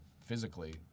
physically